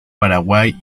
paraguay